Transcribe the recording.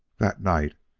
that night,